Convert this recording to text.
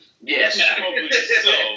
Yes